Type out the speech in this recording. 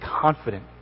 confident